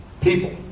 people